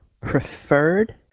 preferred